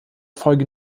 folge